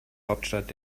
hauptstadt